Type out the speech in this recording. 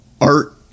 art